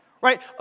Right